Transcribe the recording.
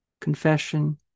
confession